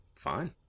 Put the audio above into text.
fine